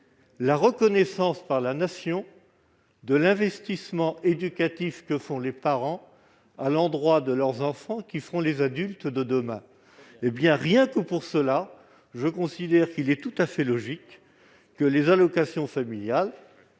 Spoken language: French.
la reconnaissance par la Nation de l'investissement éducatif des parents à l'endroit de leurs enfants qui feront les adultes de demain. Je considère qu'il est tout à fait logique que les allocations familiales